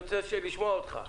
אני רוצה לשמוע אותך.